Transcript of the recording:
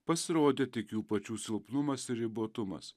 pasirodė tik jų pačių silpnumas ir ribotumas